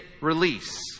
release